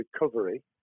recovery